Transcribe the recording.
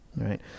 right